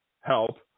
help